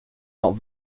not